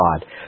God